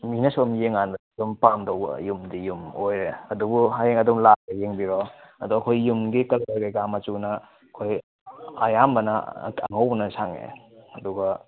ꯃꯤꯅ ꯁꯨꯝ ꯌꯦꯡꯀꯥꯟꯗ ꯑꯗꯨꯝ ꯄꯥꯝꯗꯧꯕ ꯌꯨꯝꯗꯤ ꯌꯨꯝ ꯑꯣꯏꯔꯦ ꯑꯗꯨꯕꯨ ꯍꯌꯦꯡ ꯑꯗꯨꯝ ꯂꯥꯛꯑꯒ ꯌꯦꯡꯕꯤꯔꯣ ꯑꯗꯣ ꯑꯩꯈꯣꯏ ꯌꯨꯝꯒꯤ ꯀꯂꯔ ꯀꯩꯀꯥ ꯃꯆꯨꯅ ꯑꯩꯈꯣꯏ ꯑꯌꯥꯝꯕꯅ ꯑꯉꯧꯕꯅ ꯁꯪꯉꯦ ꯑꯗꯨꯒ